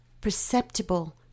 perceptible